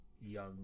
young